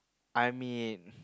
I mean